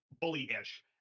bully-ish